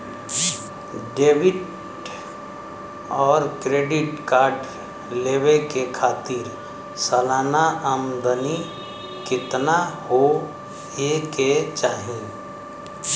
Debit और credit card लेवे के खातिर सलाना आमदनी कितना हो ये के चाही?